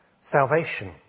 salvation